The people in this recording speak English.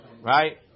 Right